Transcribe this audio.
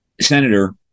Senator